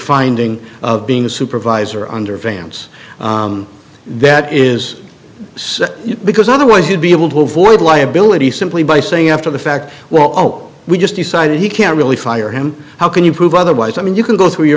finding of being a supervisor under vance that is because otherwise you'd be able to avoid liability simply by saying after the fact well oh we just decided he can't really fire him how can you prove otherwise i mean you can go through your